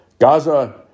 Gaza